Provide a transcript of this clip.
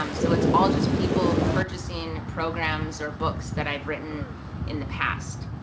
um so it's all just people purchasing programs or books that i've written in the past,